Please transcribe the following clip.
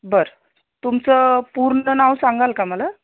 बरं तुमचं पूर्ण नाव सांगाल का मला